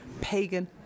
pagan